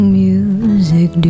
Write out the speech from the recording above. music